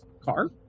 car